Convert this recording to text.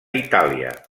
itàlia